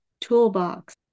toolbox